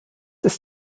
ist